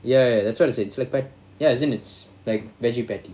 ya ya that's like it's like ya as in it's like veggie patty